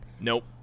nope